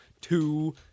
two